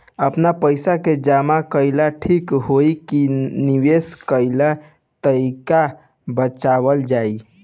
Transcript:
आपन पइसा के जमा कइल ठीक होई की निवेस कइल तइका बतावल जाई?